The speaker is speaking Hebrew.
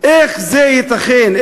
איך זה ייתכן?